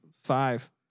five